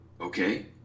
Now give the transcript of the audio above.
okay